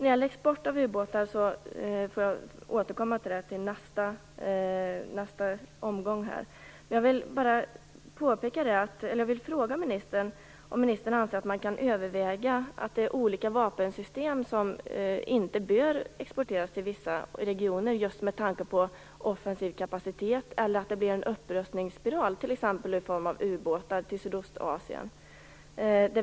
Jag får återkomma till exporten av ubåtar i nästa anförande. Jag vill nu bara fråga ministern om han anser att man kan överväga att inte exportera olika vapensystem till vissa regioner med tanke på den offensiva kapaciteten eller med tanke på att det blir en upprustningsspiral. Jag tänker då t.ex. på export av ubåtar till Sydostasien.